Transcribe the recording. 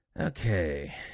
Okay